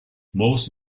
most